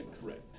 correct